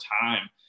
time